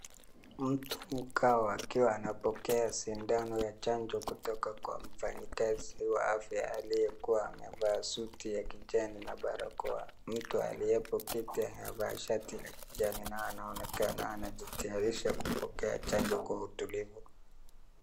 Mtu mkawa akiwa anapokea sindano ya chanjo kutoka kwa mfanyikazi wa afya aliyekuwa amevaa suti ya kijani na barakoa. Mtu aliyepoketi anavaa shati la kijani na anaonekana anajitayarisha kupokea chanjo kwa utulivu.